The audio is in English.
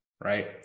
Right